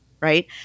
right